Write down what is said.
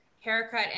haircut